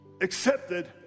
accepted